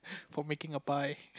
for making a pie